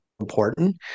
important